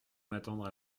m’attendre